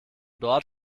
dort